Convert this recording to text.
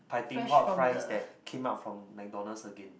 piping hot fries that came out from McDonald's again